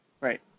Right